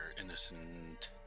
innocent